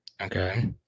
Okay